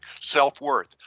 self-worth